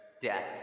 death